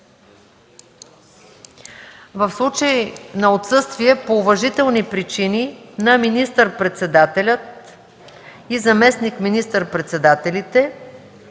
В случай на отсъствие по уважителни причини на министър-председателя и заместник министър-председателите